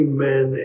Amen